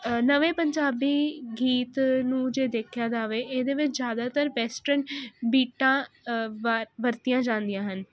ਨਵੇਂ ਪੰਜਾਬੀ ਗੀਤ ਨੂੰ ਜੇ ਦੇਖਿਆ ਜਾਵੇ ਇਹਦੇ ਵਿੱਚ ਜਿਆਦਾਤਰ ਵੈਸਟਰਨ ਬੀਟਾਂ ਵਰਤੀਆਂ ਜਾਂਦੀਆਂ ਹਨ